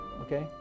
Okay